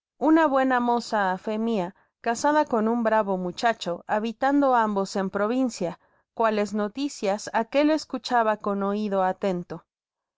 una buena moza á fé mia casada con un bravo muchacho habitando ambos en provincia cuales noticias aquel escuchaba con oido atenlo